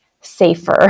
safer